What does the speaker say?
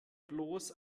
bloß